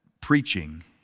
preaching